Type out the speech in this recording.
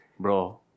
Bro